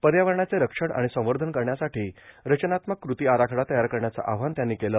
पयावरणाचे रक्षण आर्माण संवधन करण्यासाठी रचनात्मक कृती आराखडा तयार करण्याचं आवाहन त्यांनी केलं